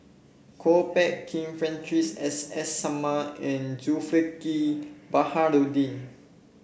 Kwok Peng Kin Francis S S Sarma and Zulkifli Baharudin